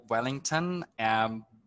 Wellington